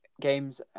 games